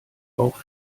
auch